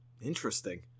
Interesting